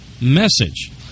message